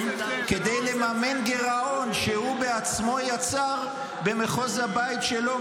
כדי לממן גירעון שהוא בעצמו יצר במחוז הבית שלו,